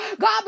God